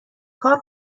کار